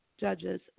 judges